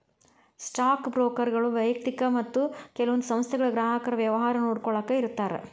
stock ಬ್ರೋಕರ್ಗಳು ವ್ಯಯಕ್ತಿಕ ಮತ್ತ ಕೆಲವೊಂದ್ ಸಂಸ್ಥೆಗಳ ಗ್ರಾಹಕರ ವ್ಯವಹಾರ ನೋಡ್ಕೊಳ್ಳಾಕ ಇರ್ತಾರ